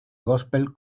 gospel